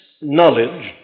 knowledge